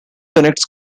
connects